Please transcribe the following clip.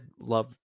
love